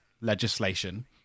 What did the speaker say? legislation